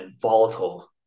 volatile